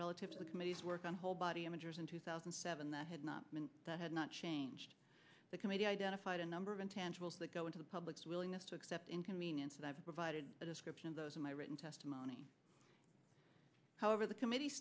the committees work on whole body imagers in two thousand and seven that had not been that had not changed the committee identified a number of intangibles that go into the public's willingness to accept inconvenience and i've provided a description of those in my written testimony however the committee